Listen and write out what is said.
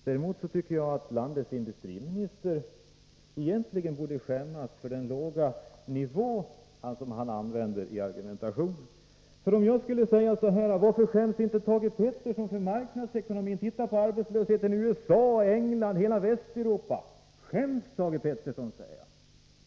Herr talman! Jag skäms inte för planekonomin, det har jag aldrig gjort. Däremot tycker jag att landets industriminister borde skämmas för den låga nivån på sin argumentation. Tänk om jag skulle säga till honom: Varför skäms inte Thage Peterson för marknadsekonomin? Se på arbetslösheten i USA, i England och i hela Västeuropa! Skäms Thage Peterson!